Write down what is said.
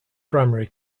primary